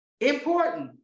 Important